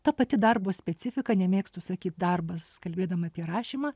ta pati darbo specifika nemėgstu sakyt darbas kalbėdama apie rašymą